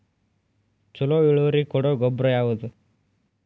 ಛಲೋ ಇಳುವರಿ ಕೊಡೊ ಗೊಬ್ಬರ ಯಾವ್ದ್?